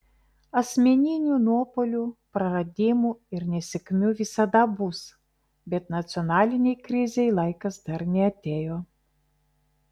asmeninių nuopuolių praradimų ir nesėkmių visada bus bet nacionalinei krizei laikas dar neatėjo